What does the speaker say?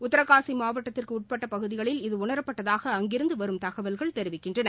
உத்ரகாசி மாவட்டத்திற்கு உட்பட்ட பகுதிகளில் இது உணரப்பட்டதாக அங்கிருந்து வரும் தகவல்கள் தெரிவிக்கின்றன